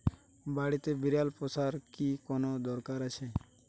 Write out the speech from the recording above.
বাড়িতে বিড়াল পোষার কি কোন দরকার আছে?